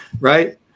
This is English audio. Right